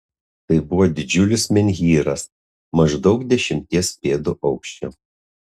tai buvo didžiulis menhyras maždaug dešimties pėdų aukščio